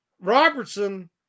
Robertson